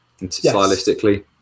Stylistically